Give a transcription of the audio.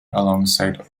alongside